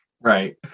Right